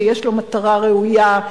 שיש לו מטרה ראויה,